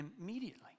immediately